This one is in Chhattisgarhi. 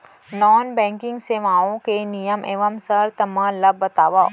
नॉन बैंकिंग सेवाओं के नियम एवं शर्त मन ला बतावव